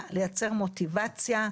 נשאר לי שביל מההסתייגות הקודמת.